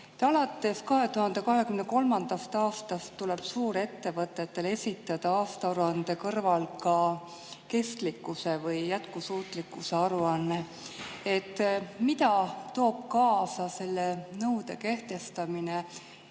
Alates 2023. aastast tuleb suurettevõtetel esitada aastaaruande kõrval ka kestlikkuse või jätkusuutlikkuse aruanne. Mida toob kaasa selle nõude kehtestamine